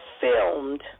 filmed